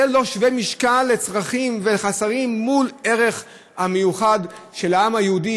זה לא שווה-משקל לצרכים ולחסרים מול הערך המיוחד של העם היהודי,